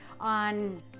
on